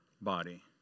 body